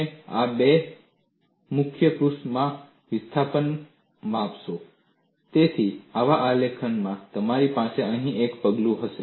તમે આ બે મુખપૃસ્ઠમાં વિસ્થાપન માપશો તેથી આવા આલેખમાં તમારી પાસે અહીં એક પગલું હશે